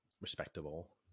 respectable